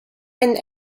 and